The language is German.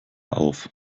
auf